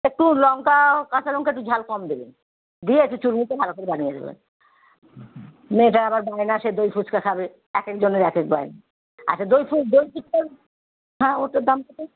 একটু লঙ্কা কাঁচা লঙ্কা একটু ঝাল কম দেবেন দই আছে চুড়মুড়টা ভালো করে বানিয়ে দেবেন মেয়েটা আবার বায়না সেই দই ফুচকা খাবে এক একেজনের এক একেক বায়না আচ্ছা দই ফু ফুচকা হ্যাঁ ওটার দাম কতো